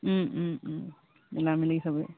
মিলাই মেলি চাবেই